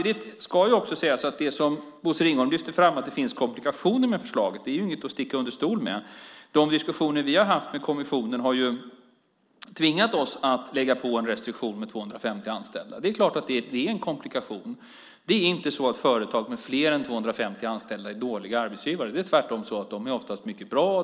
Det ska samtidigt sägas, vilket Bosse Ringholm lyfte fram, att det finns komplikationer med förslaget. Det är inget att sticka under stol med. De diskussioner vi har haft med kommissionen har tvingat oss att lägga på en restriktion med 250 anställda. Det är ju en komplikation. Det är inte så att företag med fler än 250 anställda är dåliga arbetsgivare. De är tvärtom oftast mycket bra.